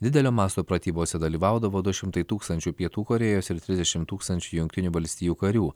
didelio mąsto pratybose dalyvaudavo du šimtai tūkstančių pietų korėjos ir trisdešim tūkstančių jungtinių valstijų karių